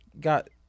got